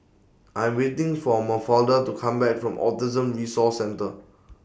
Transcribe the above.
I'm waiting For Mafalda to Come Back from Autism Resource Centre